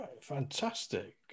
fantastic